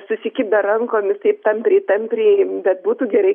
susikibę rankomis taip tampriai tampriai bet būtų gerai